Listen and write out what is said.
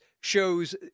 shows